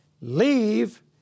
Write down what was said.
leave